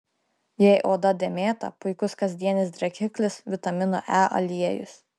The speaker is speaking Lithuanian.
jei oda dėmėta puikus kasdienis drėkiklis vitamino e aliejus